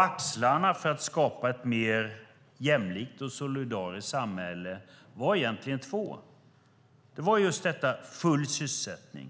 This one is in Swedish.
Axlarna för att skapa ett mer jämlikt och solidariskt samhälle var egentligen två. Full sysselsättning